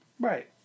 Right